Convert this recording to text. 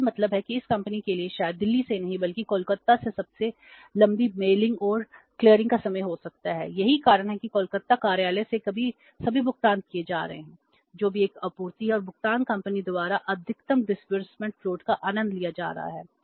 तो इसका मतलब है कि इस कंपनी के लिए शायद दिल्ली से नहीं बल्कि कोलकाता में सबसे लंबी लंबी मेलिंग का आनंद लिया जा रहा है